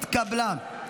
נתקבלה.